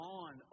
on